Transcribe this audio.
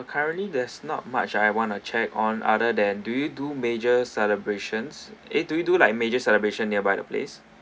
currently there's not much I want to check on other than do you do major celebrations eh do you do like major celebration nearby the place